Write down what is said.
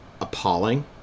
appalling